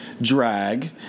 drag